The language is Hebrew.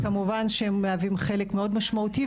כמובן שהם מהווים חלק מאוד משמעותי,